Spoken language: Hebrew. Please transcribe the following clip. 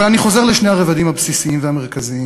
אבל אני חוזר לשני הרבדים הבסיסיים והמרכזיים,